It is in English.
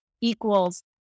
equals